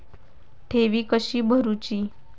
ठेवी कशी भरूची?